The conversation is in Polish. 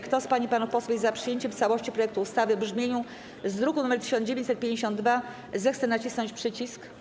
Kto z pań i panów posłów jest za przyjęciem w całości projektu ustawy w brzmieniu z druku nr 1952, zechce nacisnąć przycisk.